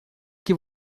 que